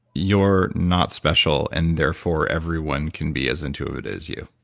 you're not special and therefore everyone can be as into it as you?